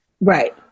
Right